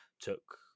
took